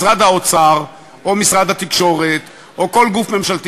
משרד האוצר או משרד התקשורת או כל גוף ממשלתי